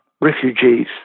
refugees